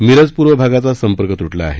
मिरज पूर्व भागाचा संपर्क तुटला आहे